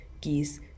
geese